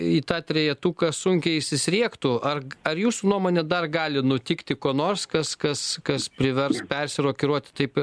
į tą trejetuką sunkiai įsisriegtų ar ar jūsų nuomone dar gali nutikti ko nors kas kas kas privers persiruokiruoti taip